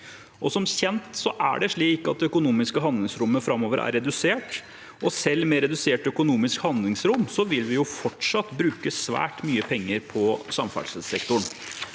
Som kjent er det slik at det økonomiske handlingsrommet framover er redusert, og selv med redusert økonomisk handlingsrom vil vi fortsatt bruke svært mye penger på samferdselssektoren.